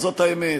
זאת האמת.